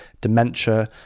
dementia